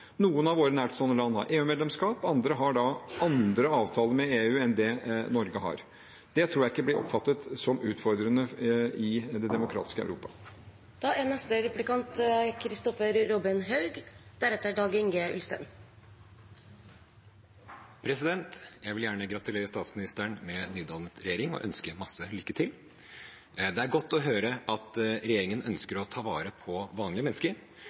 Noen av våre nærstående land har EU-medlemskap, andre har andre avtaler med EU enn det Norge har. Det tror jeg ikke blir oppfattet som utfordrende i det demokratiske Europa. Jeg vil gjerne gratulere statsministeren med nydannet regjering og ønske ham masse lykke til. Det er godt å høre at regjeringen ønsker å ta vare på vanlige mennesker.